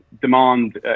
demand